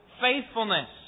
faithfulness